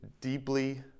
deeply